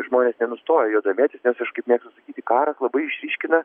žmonės nenustoja juo domėtis nes aš kaip mėgstu sakyti karas labai išryškina